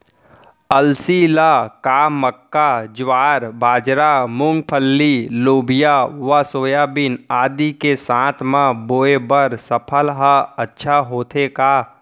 अलसी ल का मक्का, ज्वार, बाजरा, मूंगफली, लोबिया व सोयाबीन आदि के साथ म बोये बर सफल ह अच्छा होथे का?